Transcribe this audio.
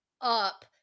up